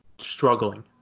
struggling